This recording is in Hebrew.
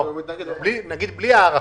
בלי ההארכה.